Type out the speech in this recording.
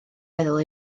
meddwl